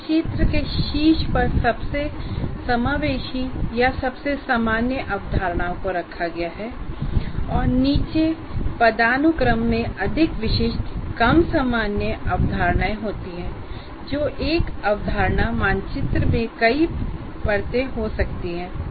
मानचित्र के शीर्ष पर सबसे समावेशी या सबसे सामान्य अवधारणाओं को रखा गया है और नीचे पदानुक्रम में अधिक विशिष्ट कम सामान्य अवधारणाएं होती हैं